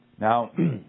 Now